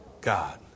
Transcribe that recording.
God